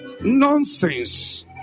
Nonsense